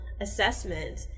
assessment